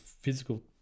physical